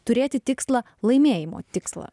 turėti tikslą laimėjimo tikslą